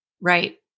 Right